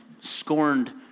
scorned